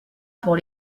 pour